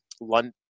London